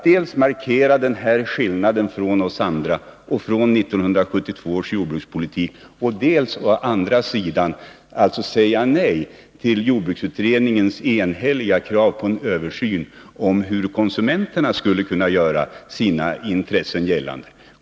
Dels markerar han denna skillnad i förhållande till oss andra och till 1972 års jordbrukspolitik, dels säger han nej till jordbruksutredningens enhälliga krav på en översyn i fråga om hur konsumenterna skulle kunna göra sina intressen gällande.